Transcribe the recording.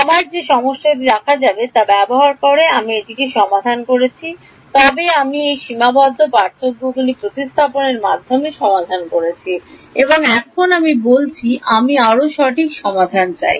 আমার যে সমস্যাটি দেখা যাবে তা ব্যবহার করে আমি এটিকে সমাধান করেছি তবে আমি এই সীমাবদ্ধ পার্থক্যগুলি প্রতিস্থাপনের মাধ্যমে সমাধান করেছি এবং এখন আমি বলছি আমি আরও সঠিক সমাধান চাই